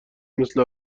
مثل